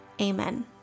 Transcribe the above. amen